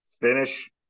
finish